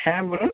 হ্যাঁ বলুন